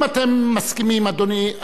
אם אתם מסכימים עם אדוני,